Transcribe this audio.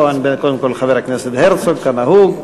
לא, קודם כול חבר הכנסת הרצוג, כנהוג.